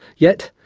yet,